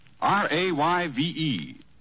R-A-Y-V-E